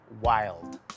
wild